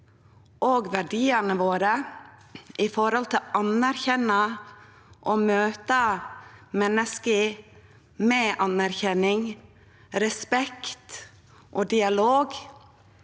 og verdiane våre gjennom å anerkjenne og møte menneske med anerkjenning, respekt, dialog